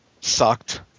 sucked